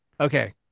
okay